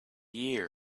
year